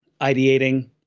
ideating